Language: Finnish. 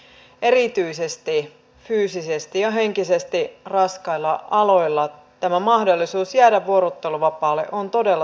erityisesti fyysisesti ja henkisesti raskailla aloilla tämä mahdollisuus jäädä vuorotteluvapaalle on todella tärkeä